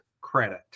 credit